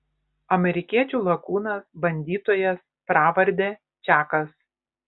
amerikiečių lakūnas bandytojas pravarde čakas